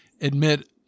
admit